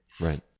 Right